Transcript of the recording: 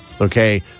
Okay